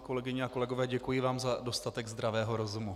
Kolegyně a kolegové, děkuji vám za dostatek zdravého rozumu.